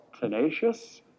tenacious